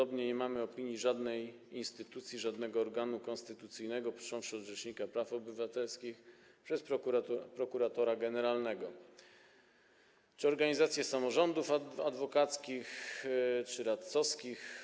Podobnie nie mamy opinii żadnej instytucji, żadnego organu konstytucyjnego, począwszy od rzecznika praw obywatelskich, przez prokuratora generalnego, organizacje samorządów adwokackich czy radcowskich.